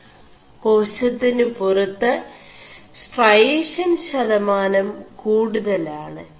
േകാശøിനു പുറø് സ്ൈ4ടഷൻ ശതമാനം കൂടുതലാണ്